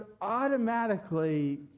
automatically